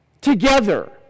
Together